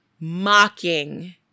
mocking